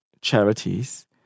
charities